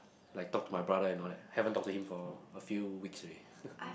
like talk to my brother and all that haven't talk to him for a few weeks already